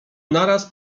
naraz